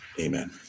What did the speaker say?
Amen